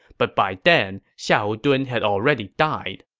but by then, xiahou dun had already died.